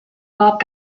bob